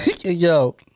Yo